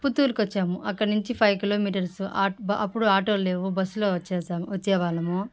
పుత్తూర్ కొచ్చాము అక్కడ నుంచి ఫైవ్ కిలోమీటర్స్ అప్పుడు ఆటోలు లేవు బస్లో వచ్చేసా వచ్చేవాళ్ళము